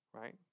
right